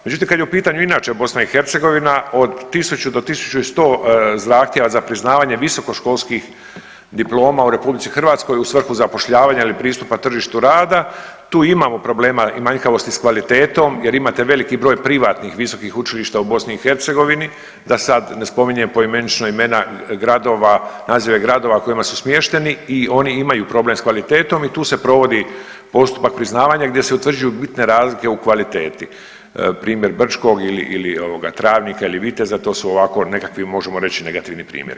Međutim, kad je u pitanju inače BiH od 1.000 do 1.100 zahtjeva za priznavanje visokoškolskih diploma u RH u svrhu zapošljavanja ili pristupa tržištu rada tu imamo problema i manjkavosti s kvalitetom jer imate veliki broj privatnih visokih učilišta u BiH, da sad ne spominjem poimenično imena gradova, naziva i gradova u kojima su smješteni i oni imaju problem s kvalitetom i tu se provodi postupak priznavanja gdje se utvrđuju bitne razlike u kvaliteti, primjer Brčkog ili ovoga Travnika ili Viteza to su ovako nekakvi možemo reći negativni primjeri.